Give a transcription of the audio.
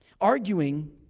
Arguing